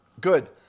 Good